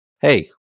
Hey